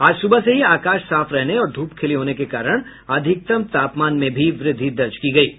आज सुबह से ही आकाश साफ रहने और धूप खिली होने के कारण अधिकतम तापमान में वृद्धि दर्ज की गयी है